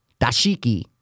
Dashiki